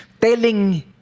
telling